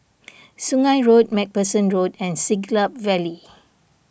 Sungei Road MacPherson Road and Siglap Valley